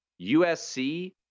USC